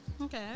Okay